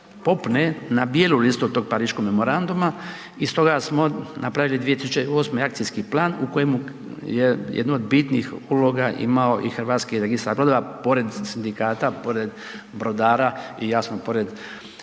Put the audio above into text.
na bijelu listu tog Pariškog memoranduma i stoga smo napravili 2008. akcijski plan u kojemu je jedno od bitnih uloga imao i HRB pored sindikata, pored brodara i jasno, pored